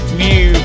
new